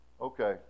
Okay